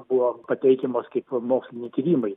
buvo pateikiamos kaip moksliniai tyrimai